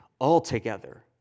altogether